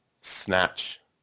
snatch